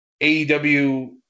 AEW